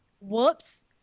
Whoops